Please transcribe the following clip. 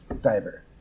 diver